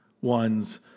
ones